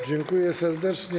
Dziękuję serdecznie.